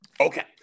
Okay